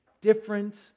different